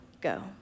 go